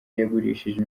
yagurishije